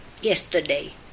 yesterday